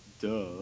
Duh